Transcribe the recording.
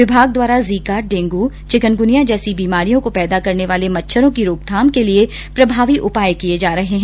विभाग द्वारा Zika dengue chikungunya जैसी बीमारियों को पैदा करने वाले मच्छरों की रोकथाम के लिए प्रभावी उपाय किये जा रहे है